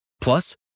Plus